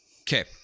okay